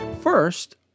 First